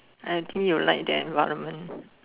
I think you like the environment